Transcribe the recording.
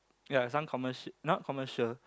ya some commercia~ not commercial